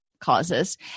causes